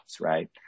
right